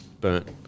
burnt